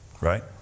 Right